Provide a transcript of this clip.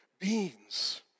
beings